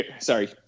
Sorry